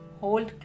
hold